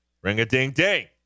Ring-a-ding-ding